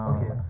Okay